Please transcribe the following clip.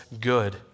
good